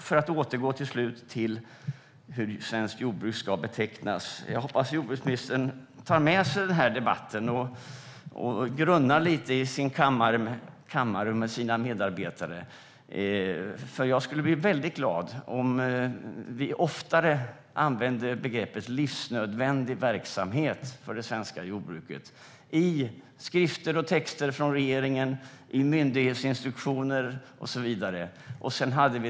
För att återgå till hur svenskt jordbruk ska betecknas hoppas jag att jordbruksministern tar med sig den här debatten och funderar lite i sin kammare tillsammans med sina medarbetare. Jag skulle bli väldigt glad om man oftare använde begreppet livsnödvändig verksamhet för det svenska jordbruket i skrifter och texter från regeringen, i myndighetsinstruktioner och så vidare.